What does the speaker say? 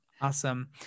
Awesome